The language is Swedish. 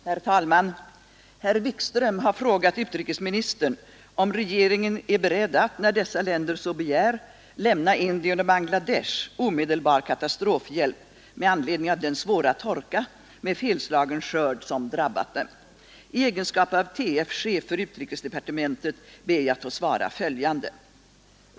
Herr talman! Herr Wikström har frågat utrikesministern om regeringen är beredd att — när dessa länder så begär — lämna Indien och Bangladesh omedelbart katastrofhjälp med anledning av den svåra torka med felslagen skörd som drabbat dem. I egenskap av t.f. chef för utrikesdepartementet ber jag att få svara följande.